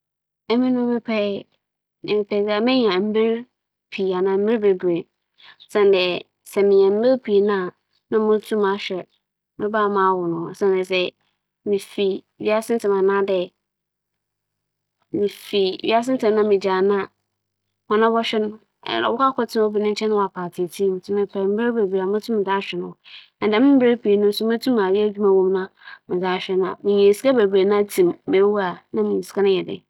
Mepɛ dɛ menya sika pii kyɛn dɛ mebenya mber pii siantsir nye dɛ, sɛ ewͻ mber pii na nnyi akadze a edze bɛdandan ndzɛmba mu a, ber a ewͻ no mfaso aba ho no, ͻyɛ a ͻbɛhaw adwen na mbom sɛ sika dze ewͻ a, sɛ mber mpo na erohwehwɛ na obi ennya amma wo a, otum nya ma wo na itum dze sika no dandan ndzɛmba pii ma sika a ewͻ no mfaso ba ho ntsi ͻno na mebɛfa.